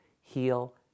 heal